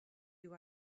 you